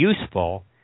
useful